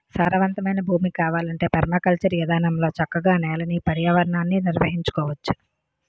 సారవంతమైన భూమి కావాలంటే పెర్మాకల్చర్ ఇదానంలో చక్కగా నేలని, పర్యావరణాన్ని నిర్వహించుకోవచ్చు